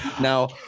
Now